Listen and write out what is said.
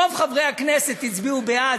רוב חברי הכנסת הצביעו בעד,